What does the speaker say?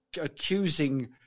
accusing